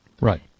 Right